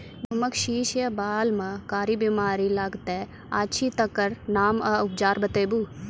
गेहूँमक शीश या बाल म कारी बीमारी लागतै अछि तकर नाम आ उपचार बताउ?